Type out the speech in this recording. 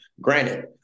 Granted